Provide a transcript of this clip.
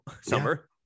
Summer